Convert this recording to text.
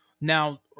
now